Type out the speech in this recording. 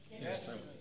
Yes